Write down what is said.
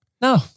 No